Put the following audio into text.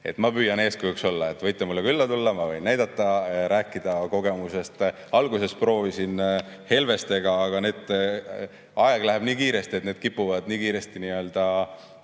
ma püüan eeskujuks olla. Võite mulle külla tulla, ma võin näidata, rääkida kogemusest. Alguses proovisin helvestega, aga aeg läheb kiiresti, need kipuvad nii kiiresti